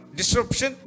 disruption